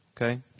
Okay